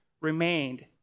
remained